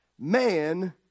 man